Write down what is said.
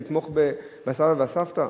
לתמוך בסבא ובסבתא.